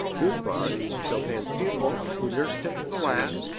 gutmann, chopin's pupil, who nursed him to the last,